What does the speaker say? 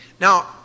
Now